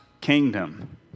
kingdom